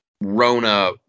Rona